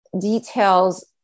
details